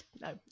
no